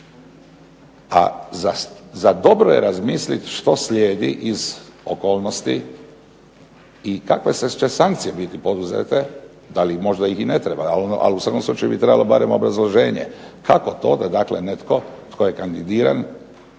A za dobro je razmisliti što slijedi iz okolnosti i kakve će sankcije biti poduzete, da li možda ih i ne treba …/Ne razumije se./…, ali u svakom slučaju bi barem obrazloženje kako to da dakle netko tko je kandidiran